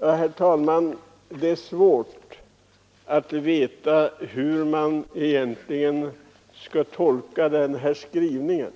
Herr talman! Det är svårt att veta hur man egentligen skall tolka utskottets skrivning.